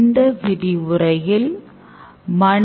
இந்த விரிவுரைக்கு வருக